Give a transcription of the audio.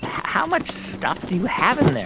how much stuff that you have in there?